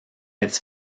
its